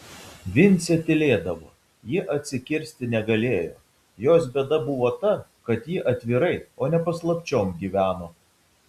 vincė tylėdavo ji atsikirsti negalėjo jos bėda buvo ta kad ji atvirai o ne paslapčiom gyveno